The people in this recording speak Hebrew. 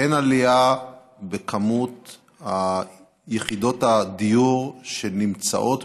אין עלייה במספר יחידות הדיור שנמצאות